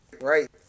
Right